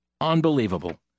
Unbelievable